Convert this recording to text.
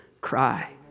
cry